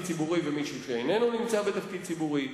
ציבורי ומישהו שאיננו נמצא בתפקיד ציבורי.